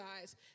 eyes